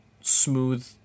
smooth